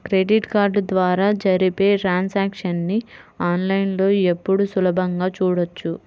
credit card ద్వారా జరిపే transactions ని ఆన్ లైన్ లో ఇప్పుడు సులభంగా చూడొచ్చు